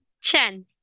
Chen